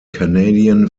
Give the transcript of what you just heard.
canadian